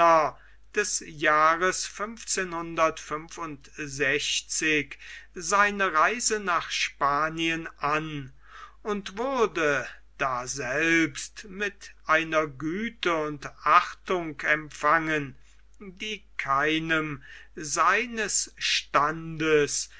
des jahres seine reise nach spanien an und wurde daselbst mit einer güte und achtung empfangen die keinem seines standes